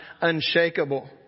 unshakable